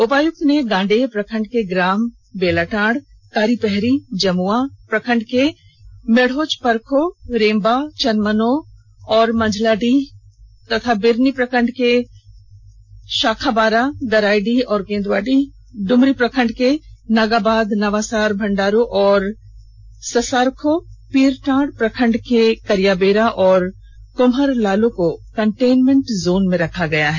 उपायुक्त ने गांडेय प्रखंड ग्राम बेलाटांड कारीपहरी जमुआ प्रखंड के मेढ़ोचपरखो रेंबा चनमनो और मंझलाडीह बिरनी प्रखंड के शाखाबारा गरायडीह और केन्द्रआटांड ड्मरी प्रखंड के नागाबाद नावासार भंडारों और ससारखो पीरटांड प्रखंड के करियाबेरा एवं कृम्हरलालों को कंटेन्मेंट जोन में रखा गया है